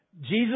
Jesus